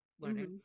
learning